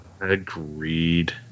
Agreed